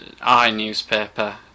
i-newspaper